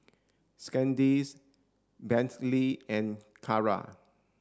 Sandisk Bentley and Kara